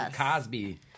Cosby